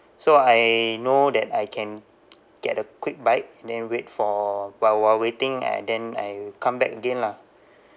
so I know that I can get a quick bite then wait for while while waiting ah then I come back again lah